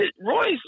Roy's